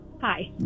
Hi